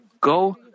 go